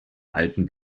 alten